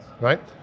right